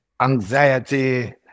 anxiety